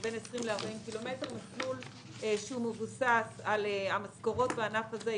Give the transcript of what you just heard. בין 20 40 קילומטר מסלול שמבוסס על המשכורות בענף הזה,